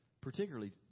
particularly